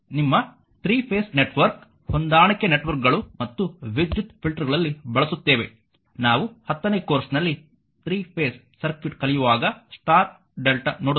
ನಿಮ್ಮ 3 phase network ಹೊಂದಾಣಿಕೆಯ ನೆಟ್ವರ್ಕ್ಗಳು ಮತ್ತು ವಿದ್ಯುತ್ ಫಿಲ್ಟರ್ಗಳಲ್ಲಿ ಬಳಸುತ್ತೇವೆ ನಾವು 10 ನೇ ಕೋರ್ಸ್ನಲ್ಲಿ 3 ಫೇಸ್ ಸರ್ಕ್ಯೂಟ್ ಕಲಿಯುವಾಗ ಸ್ಟಾರ್ Δ ನೋಡುತ್ತೇವೆ